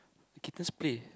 kittens play